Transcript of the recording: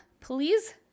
please